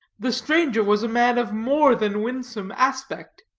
the stranger was a man of more than winsome aspect.